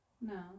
No